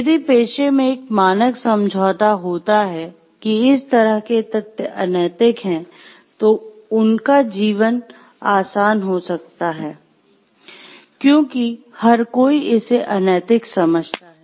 यदि पेशे में एक मानक समझौता होता है कि इस तरह के तथ्य अनैतिक हैं तो उनका जीवन आसान हो सकता है क्योंकि हर कोई इसे अनैतिक समझता है